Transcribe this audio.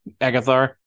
Agathar